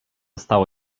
stało